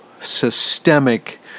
systemic